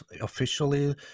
officially